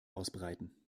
ausbreiten